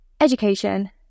education